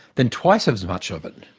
then twice as much of it,